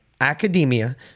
academia